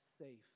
safe